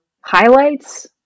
highlights